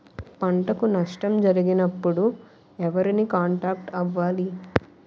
పంటకు నష్టం జరిగినప్పుడు ఎవరిని కాంటాక్ట్ అవ్వాలి?